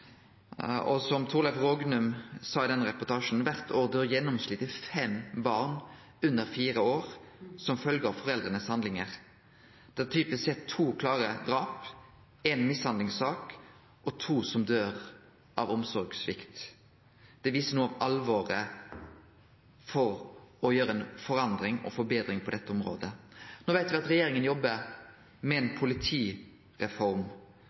Som Torleiv Rognum sa i den reportasjen: «Hvert år dør gjennomsnittlig fem barn under fire år som følge av foreldrenes handlinger. Det er typisk sett to klare drap, en mishandlingssak og to som dør av omsorgssvikt.» Det viser noko av alvoret når det gjeld å få til ei forandring og forbetring på dette området. No veit me at regjeringa jobbar med